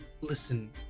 listen